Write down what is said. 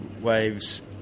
waves